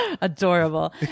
Adorable